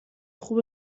خوبه